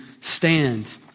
stand